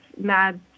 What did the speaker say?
mad